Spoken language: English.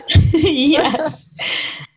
yes